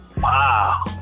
Wow